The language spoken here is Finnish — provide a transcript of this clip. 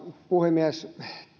puhemies